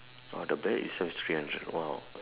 oh the bag itself three hundred !wow!